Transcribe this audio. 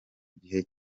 gihe